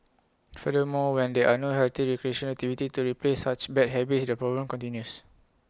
furthermore when there are no healthy recreational activities to replace such bad habits the problem continues